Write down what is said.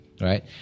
right